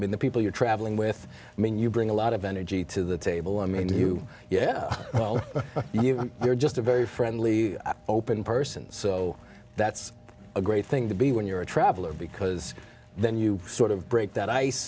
mean the people you're traveling with i mean you bring a lot of energy to the table i mean to you yeah you know you're just a very friendly open person so that's a great thing to be when you're a traveler because then you sort of break that ice